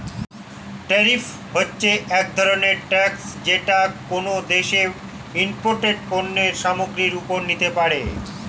tariff হচ্ছে এক ধরনের ট্যাক্স যেটা কোনো দেশ ইমপোর্টেড পণ্য সামগ্রীর ওপরে নিতে পারে